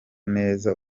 neza